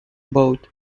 boat